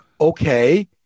okay